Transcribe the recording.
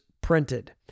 printed